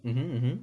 mmhmm mmhmm